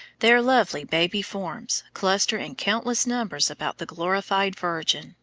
their lovely baby forms cluster in countless numbers about the glorified virgin,